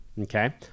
okay